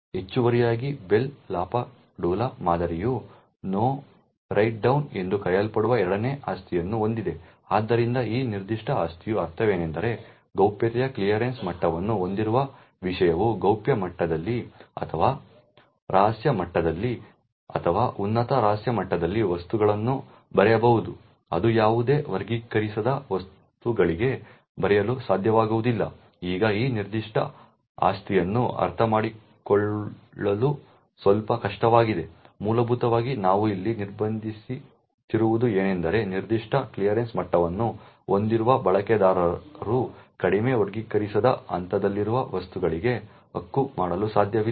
ಹೆಚ್ಚುವರಿಯಾಗಿ Bell LaPadula ಮಾದರಿಯು no write down ಎಂದು ಕರೆಯಲ್ಪಡುವ ಎರಡನೇ ಆಸ್ತಿಯನ್ನು ಹೊಂದಿದೆ ಆದ್ದರಿಂದ ಈ ನಿರ್ದಿಷ್ಟ ಆಸ್ತಿಯ ಅರ್ಥವೇನೆಂದರೆ ಗೌಪ್ಯತೆಯ ಕ್ಲಿಯರೆನ್ಸ್ ಮಟ್ಟವನ್ನು ಹೊಂದಿರುವ ವಿಷಯವು ಗೌಪ್ಯ ಮಟ್ಟದಲ್ಲಿ ಅಥವಾ ರಹಸ್ಯ ಮಟ್ಟದಲ್ಲಿ ಅಥವಾ ಉನ್ನತ ರಹಸ್ಯ ಮಟ್ಟದಲ್ಲಿ ವಸ್ತುಗಳನ್ನು ಬರೆಯಬಹುದು ಅದು ಯಾವುದೇ ವರ್ಗೀಕರಿಸದ ವಸ್ತುಗಳಿಗೆ ಬರೆಯಲು ಸಾಧ್ಯವಾಗುವುದಿಲ್ಲ ಈಗ ಈ ನಿರ್ದಿಷ್ಟ ಆಸ್ತಿಯನ್ನು ಅರ್ಥಮಾಡಿಕೊಳ್ಳಲು ಸ್ವಲ್ಪ ಕಷ್ಟವಾಗಿದೆ ಮೂಲಭೂತವಾಗಿ ನಾವು ಇಲ್ಲಿ ನಿರ್ಬಂಧಿಸುತ್ತಿರುವುದು ಏನೆಂದರೆ ನಿರ್ದಿಷ್ಟ ಕ್ಲಿಯರೆನ್ಸ್ ಮಟ್ಟವನ್ನು ಹೊಂದಿರುವ ಬಳಕೆದಾರರು ಕಡಿಮೆ ವರ್ಗೀಕರಣದ ಹಂತದಲ್ಲಿರುವ ವಸ್ತುಗಳಿಗೆ ಹಕ್ಕು ಮಾಡಲು ಸಾಧ್ಯವಿಲ್ಲ